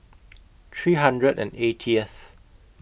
three hundred and eightieth